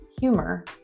humor